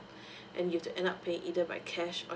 and you have to end up pay either by cash or